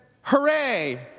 hooray